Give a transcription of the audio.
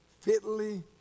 fitly